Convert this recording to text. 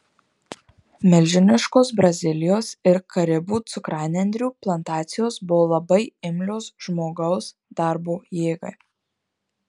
milžiniškos brazilijos ir karibų cukranendrių plantacijos buvo labai imlios žmogaus darbo jėgai